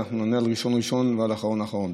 אנחנו נענה על ראשון ראשון ועל אחרון אחרון.